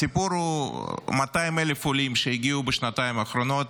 הסיפור הוא 200,000 עולים שהגיעו בשנתיים האחרונות,